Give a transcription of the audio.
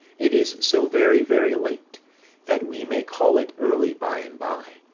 it is so very very late that we may call it early by-and-by.